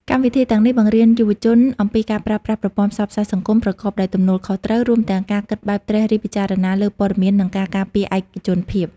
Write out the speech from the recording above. កម្មវិធីទាំងនេះបង្រៀនយុវជនអំពីការប្រើប្រាស់ប្រព័ន្ធផ្សព្វផ្សាយសង្គមប្រកបដោយទំនួលខុសត្រូវ រួមទាំងការគិតបែបត្រិះរិះពិចារណាលើព័ត៌មាន និងការការពារឯកជនភាព។